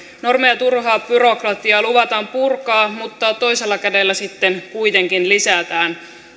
normeja ja turhaa byrokratiaa luvataan purkaa mutta toisella kädellä sitten kuitenkin lisätään